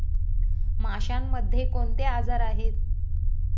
माशांमध्ये कोणते आजार आहेत?